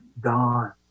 gone